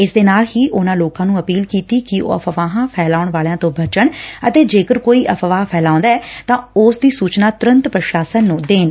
ਇਸ ਦੇ ਨਾਲ ਹੀ ਉਨਾਂ ਲੋਕਾਂ ਨੰ ਅਪੀਲ ਕੀਤੀ ਕਿ ਉਹ ਅਫਵਾਹਾਂ ਫੈਲਾਉਣ ਵਾਲਿਆਂ ਤੋ ਬਚਣ ਅਤੇ ਜੇਕਰ ਕੋਈ ਅਫਵਾਹ ਫੈਲਾਉਦਾ ਏ ਤਾ ਉਸ ਦੀ ਸਚਨਾ ਤੁਰੈਂਤ ਪੁਸਾਸਨ ਨੂੰ ਦੇਣ